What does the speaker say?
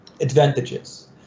Advantages